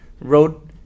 wrote